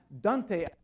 Dante